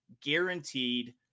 guaranteed